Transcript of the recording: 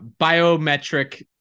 biometric